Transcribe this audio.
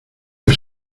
que